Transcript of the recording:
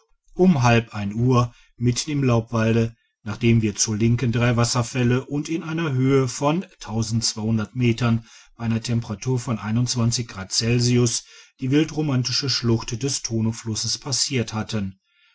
um halb ein uhr mitten im laubwald nachdem wir zur linken drei wasserfälle und in einer höhe von metern einer temperatur von grad celsius die wildromantische schlucht des tonoflusses passiert hatten